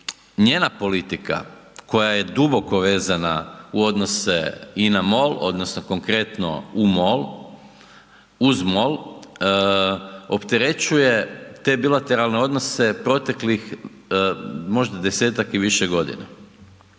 njena politika koja je duboko vezana u odnose INA MOL odnosno konkretno u MOL, uz MOL opterećuje te bilateralne odnose proteklih možda desetak i više godina.